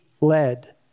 led